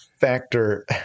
factor